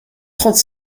trente